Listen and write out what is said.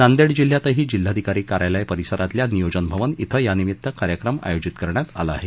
नांदेड जिल्ह्यातही जिल्हाधिकारी कार्यालय परिसरातील नियोजन भवन ॐ यानिमित्त कार्यक्रम आयोजित करण्यात आला आहे